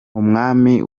umwami